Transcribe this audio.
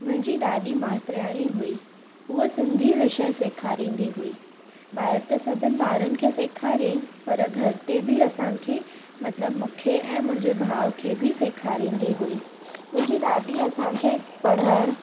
मुंहिंजी ॾाॾी मास्तरियाणी हुई हूअ सिंधी विषय सेखारींदी हुई ॿाहिरि त सभिनि ॿारनि खे सेखारियाईं पर घर ते बि असांखे मतलबु मूंखे ऐं मुंहिंजे भाउ खे बि सेखारींदी हुई मुंहिंजी ॾाॾी असांखे पढ़णु